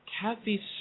Kathy